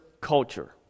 culture